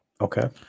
Okay